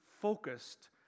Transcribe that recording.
focused